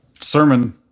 sermon